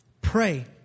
Pray